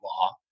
law